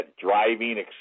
driving